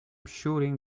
shooting